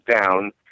down